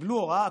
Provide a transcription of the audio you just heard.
קיבלו הוראה,